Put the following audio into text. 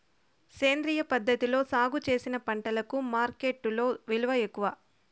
సేంద్రియ పద్ధతిలో సాగు చేసిన పంటలకు మార్కెట్టులో విలువ ఎక్కువ